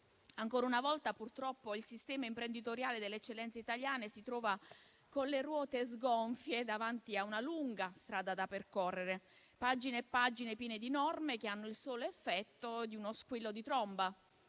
Ancora una volta, purtroppo, il sistema imprenditoriale delle eccellenze italiane si trova con le ruote sgonfie, davanti a una lunga strada da percorrere, pagine e pagine piene di norme che hanno il solo effetto di uno squillo di tromba.